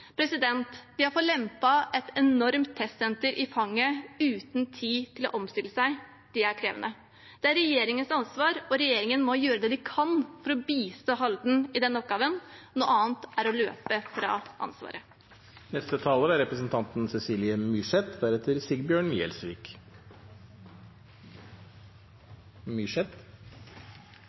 et enormt testsenter i fanget uten tid til å omstille seg er krevende. Det er regjeringens ansvar, og regjeringen må gjøre det de kan for å bistå Halden i denne oppgaven. Noe annet er å løpe fra